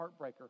heartbreaker